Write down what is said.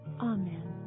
amen